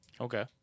Okay